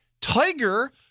Tiger